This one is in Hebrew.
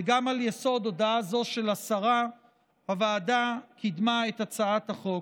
וגם על יסוד הודעה זו של השרה הוועדה קידמה את הצעת החוק.